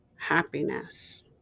happiness